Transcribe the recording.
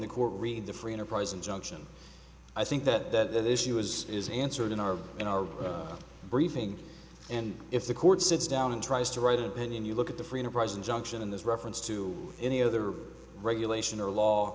the court read the free enterprise injunction i think that that issue was is answered in our in our briefing and if the court sits down and tries to write it then you look at the free enterprise injunction in this reference to any other regulation or law